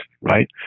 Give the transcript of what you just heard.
right